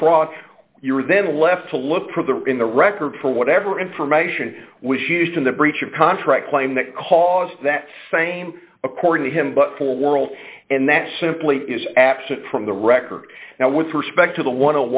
no fraud you were then left to look for the in the record for whatever information was used in the breach of contract claim that caused that same according to him but for world and that simply is absent from the record now with respect to the one